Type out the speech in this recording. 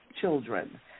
children